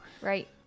Right